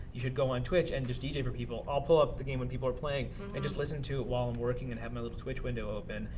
you should go on twitch and just dj for people. i'll pull up the game when people are playing and just listen to it while i'm working, and have my little twitch window open,